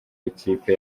ikipe